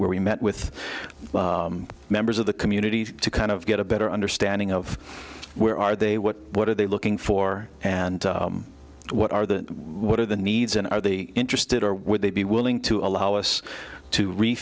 where we met with members of the community to kind of get a better understanding of where are they what what are they looking for and what are the what are the needs and are they interested or would they be willing to allow us to